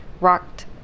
rocked